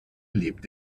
lebt